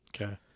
Okay